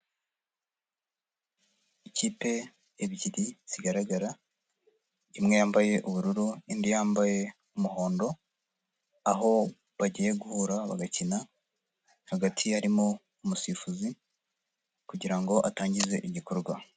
Ikipe ebyiri, zigaragara. Imwe yambaye ubururu, indi yambaye umuhondo. Aho bagiye guhura bagakina hagati harimo, umusifuzi. Kugira ngo atangize igikorwa.